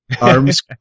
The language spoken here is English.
Arms